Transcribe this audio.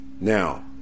Now